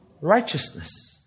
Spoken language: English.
righteousness